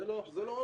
זה לא עומס.